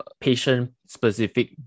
patient-specific